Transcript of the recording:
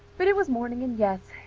but it was morning and, yes,